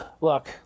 look